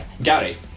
Gary